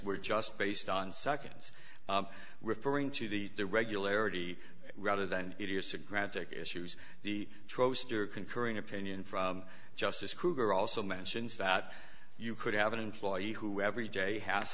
we're just based on seconds referring to the the regularity rather than idiosyncratic issues the concurring opinion from justice kruger also mentions that you could have an employee who every day has